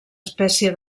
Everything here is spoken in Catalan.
espècie